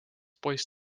poiss